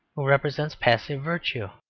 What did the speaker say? who represents passive virtue.